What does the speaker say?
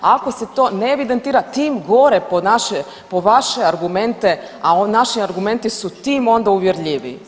Ako se to ne evidentira tim gore po vaše argumente, a naši argumenti su tim onda uvjerljiviji.